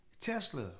Tesla